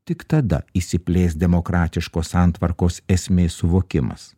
tik tada išsiplės demokratiškos santvarkos esmės suvokimas